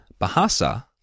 Bahasa